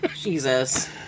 jesus